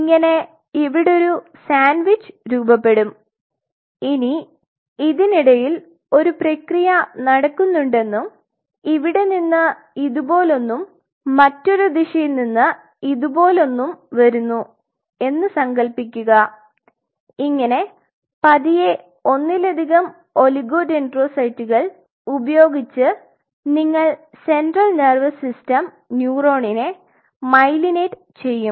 ഇങ്ങനെ ഇവിടൊരു സാൻഡ്വിച്ച് രൂപപ്പെടും ഇനി ഇതിനിടയിൽ ഒരു പ്രക്രിയ നടക്കുന്നുണ്ടെന്നും ഇവിടെ നിന്ന് ഇതുപോലൊന്നും മറ്റൊരു ദിശയിൽ നിന്ന് ഇതുപോലെയാണെന്നും വരുന്നു എന്ന് സങ്കല്പിക്കുക ഇങ്ങനെ പതിയെ ഒന്നിലധികം ഒളിഗോഡെൻഡ്രോസൈറ്റുകൾ ഉപയോഗിച്ച് നിങ്ങൾ സെൻട്രൽ നേർവസ് സിസ്റ്റം ന്യൂറോണിനെ മൈലിനേറ്റ് ചെയ്യും